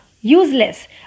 Useless